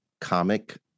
comic